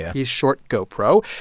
yeah he short gopro.